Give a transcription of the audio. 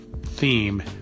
theme